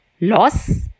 Loss